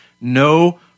No